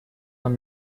нам